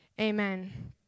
Amen